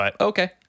okay